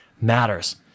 matters